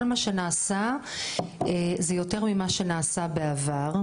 כל מה שנעשה זה יותר ממה שנעשה בעבר,